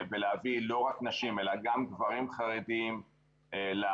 ולהביא לא רק נשים, אלא גם גברים חרדים לעבוד.